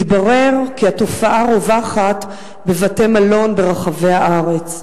מתברר כי התופעה רווחת בבתי-מלון ברחבי הארץ.